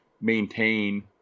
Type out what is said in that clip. maintain